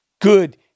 Good